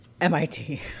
mit